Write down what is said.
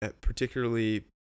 particularly